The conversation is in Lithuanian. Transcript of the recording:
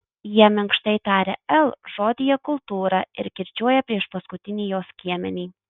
jie minkštai taria l žodyje kultūra ir kirčiuoja priešpaskutinį jo skiemenį